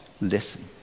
listen